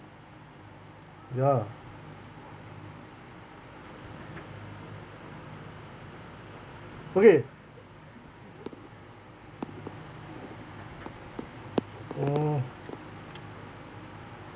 ya okay mm